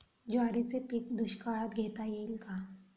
ज्वारीचे पीक दुष्काळात घेता येईल का?